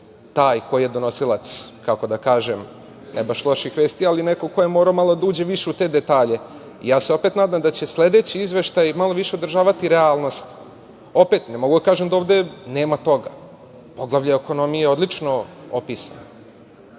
taj koji je donosilac, kako da kažem, ne baš loših vesti, ali neko ko je morao malo da uđe više u te detalje i ja se opet nadam da će sledeći izveštaji malo više održavati realnost, opet ne mogu da kažem, da ovde nema toga poglavlje o ekonomije je odlično opisano.